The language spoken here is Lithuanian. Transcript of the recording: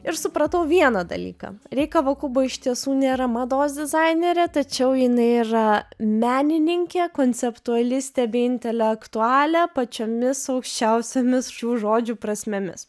ir supratau vieną dalyką rei kavakubo iš tiesų nėra mados dizainerė tačiau jinai yra menininkė konceptuali stebi intelektualią pačiomis aukščiausiomis šių žodžių prasmėmis